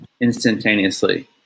instantaneously